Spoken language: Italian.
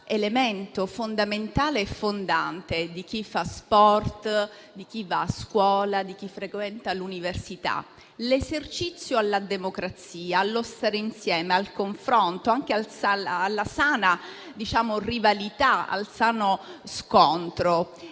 elemento fondamentale e fondante di chi fa sport, di chi va a scuola e di chi frequenta l'università: l'esercizio alla democrazia, allo stare insieme, al confronto, anche alla sana rivalità e al sano scontro.